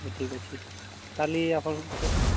ହଉ ଠିକ୍ ଅଛି କାଲି ଆପଣଙ୍କୁ